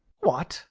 what